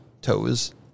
toes